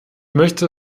möchte